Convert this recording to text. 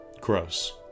Gross